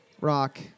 Rock